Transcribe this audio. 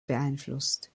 beeinflusst